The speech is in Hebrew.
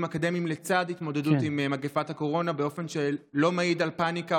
אקדמיים לצד התמודדות עם מגפת הקורונה באופן שלא מעיד על פניקה,